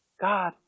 God